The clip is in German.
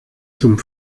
zum